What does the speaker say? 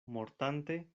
mortante